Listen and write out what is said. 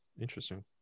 Interesting